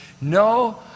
no